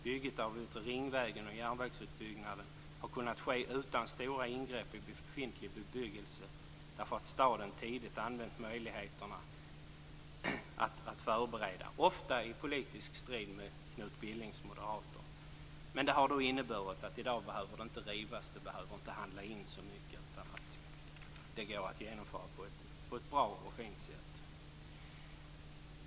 Bygget av Yttre ringvägen och järnvägsutbyggnaden har kunnat ske utan stora ingrepp i befintlig bebyggelse, därför att staden tidigt använt möjligheterna att förbereda, ofta i strid med Knut Billings moderater. Men det har inneburit att det i dag inte behöver rivas eller handlas in så mycket. Det går att genomföra på ett bra och fint sätt.